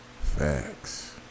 facts